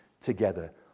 together